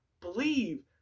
believe